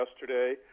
yesterday